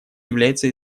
является